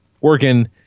working